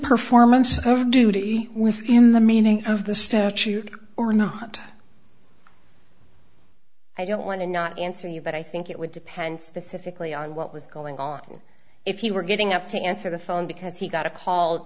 performance of duty within the meaning of the statute or not i don't want to not answer you but i think it would depend specifically on what was going on if you were getting up to answer the phone because he got a call